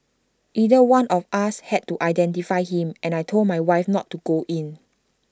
either one of us had to identify him and I Told my wife not to go in